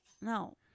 No